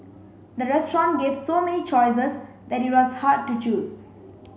the restaurant gave so many choices that it was hard to choose